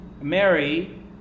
Mary